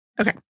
Okay